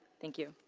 thank you.